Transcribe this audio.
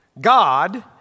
God